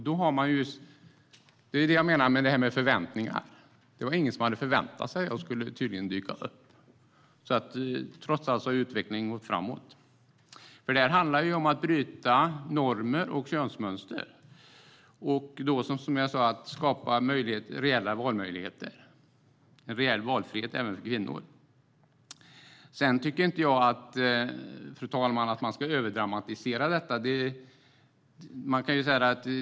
Det är detta jag menar med förväntningar; det var ingen som förväntade sig att jag skulle dyka upp. Utvecklingen har trots allt gått framåt. Det handlar om att bryta normer och könsmönster och skapa reella valmöjligheter och reell valfrihet även för kvinnor. Sedan tycker jag inte att man ska överdramatisera detta, fru talman.